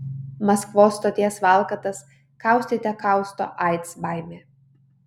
maskvos stoties valkatas kaustyte kausto aids baimė